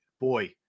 Boy